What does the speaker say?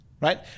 Right